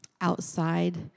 outside